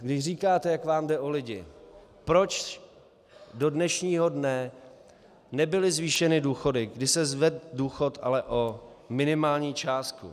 Když říkáte, jak vám jde o lidi, proč do dnešního dne nebyly zvýšeny důchody, kdy se zvedl důchod, ale o minimální částku?